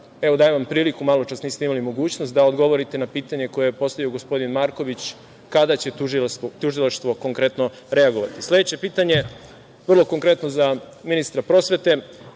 evo, dajem vam priliku, maločas niste imali mogućnost, da odgovorite na pitanje koje je postavio gospodin Marković – kada će tužilaštvo konkretno reagovati? Sledeće pitanje vrlo konkretno za ministra prosvete